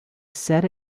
said